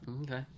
Okay